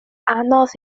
anodd